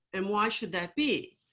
and why should that be?